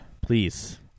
Please